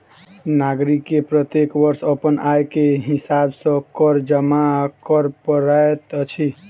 नागरिक के प्रत्येक वर्ष अपन आय के हिसाब सॅ कर जमा कर पड़ैत अछि